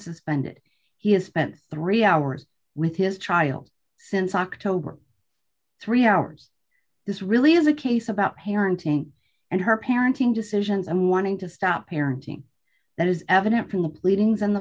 suspended he has spent three hours with his trial since october three hours this really is a case about parenting and her parenting decisions and wanting to stop parenting that is evident from the pleadings in the